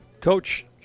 coach